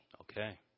Okay